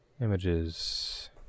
Images